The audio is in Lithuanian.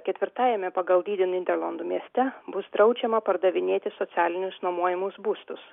ketvirtajame pagal dydį nyderlandų mieste bus draudžiama pardavinėti socialinius nuomojamus būstus